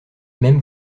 même